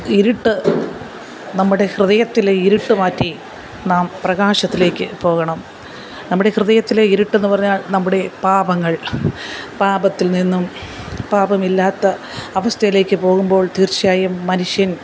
ഇരുട്ട് നമ്മുടെ ഹൃദയത്തിലെ ഇരുട്ട് മാറ്റി നാം പ്രകാശത്തിലേക്ക് പോകണം നമ്മുടെ ഹൃദയത്തിലെ ഇരുട്ടെന്ന് പറഞ്ഞാല് നമ്മുടെ പാപങ്ങള് പാപത്തില് നിന്നും പാപമില്ലാത്ത അവസ്ഥയിലേക്ക് പോകുമ്പോള് തീര്ച്ചയായും മനുഷ്യന്